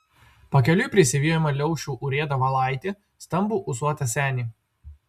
pakeliui prisivijome liaušių urėdą valaitį stambų ūsuotą senį